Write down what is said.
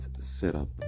setup